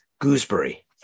gooseberry